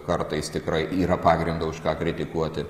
kartais tikrai yra pagrindo už ką kritikuoti